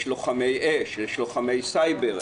יש לוחמי אש, יש לוחמי סייבר.